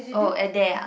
oh at there